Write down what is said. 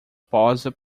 posa